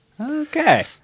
Okay